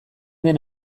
den